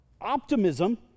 Optimism